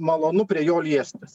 malonu prie jo liestis